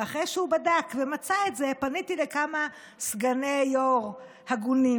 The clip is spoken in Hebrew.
ואחרי שהוא בדק ומצא את זה פניתי לכמה סגני יו"ר הגונים,